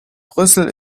brüssel